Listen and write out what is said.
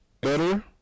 Better